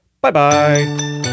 Bye-bye